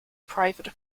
private